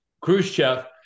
Khrushchev